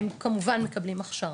הם כמובן מקבלים הכשרה.